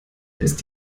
ist